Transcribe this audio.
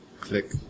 click